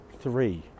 three